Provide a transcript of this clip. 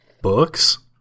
books